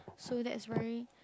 so that's very